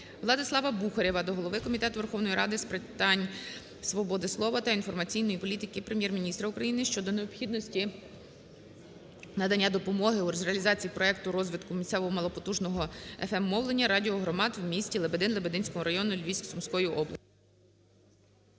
ВладиславаБухарєва до голови Комітету Верховної Ради з питань свободи слова та інформаційної політики, Прем'єр-міністра України щодо необхідності надання допомоги з реалізації проекту розвитку місцевого малопотужного FM-мовлення "Радіо громад" в місті Лебедин та Лебединському районі Сумської області.